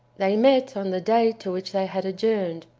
they met on the day to which they had adjourned,